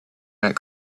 that